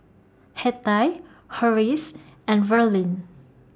Hettie Horace and Verlin